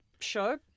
show